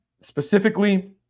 specifically